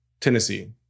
Tennessee